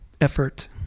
effort